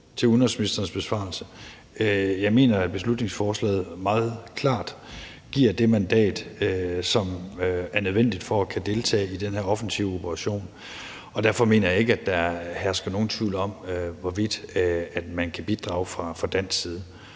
udenrigsministerens besvarelse. Jeg mener, at beslutningsforslaget meget klart giver det mandat, som er nødvendigt for at kunne deltage i den her offensive operation. Og derfor mener jeg ikke, at der hersker nogen tvivl om, hvorvidt man kan bidrage fra dansk side.